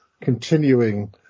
continuing